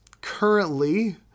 currently